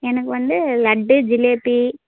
எனக்கு வந்து லட்டு ஜிலேபி